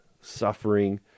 suffering